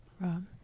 Rob